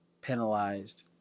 penalized